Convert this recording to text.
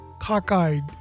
Cockeyed